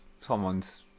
Someone's